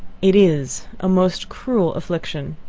it is a most cruel affliction.